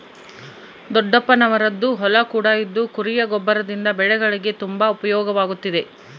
ದೊಡ್ಡಪ್ಪನವರದ್ದು ಹೊಲ ಕೂಡ ಇದ್ದು ಕುರಿಯ ಗೊಬ್ಬರದಿಂದ ಬೆಳೆಗಳಿಗೆ ತುಂಬಾ ಉಪಯೋಗವಾಗುತ್ತಿದೆ